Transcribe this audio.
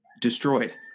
destroyed